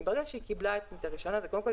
וברגע שהיא קיבלה את הרישיון קודם כל,